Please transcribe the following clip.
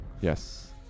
Yes